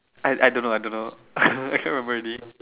I I I don't know I don't know I cannot remember already